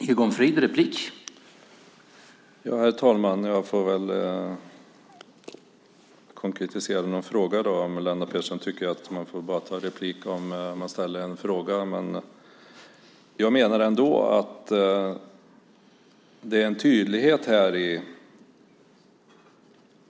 Herr talman! Jag får väl konkretisera med en fråga om Lennart Pettersson tycker att man bara får ta replik om man ställer en fråga. Jag menar ändå att det är en tydlighet här.